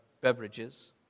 beverages